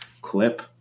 clip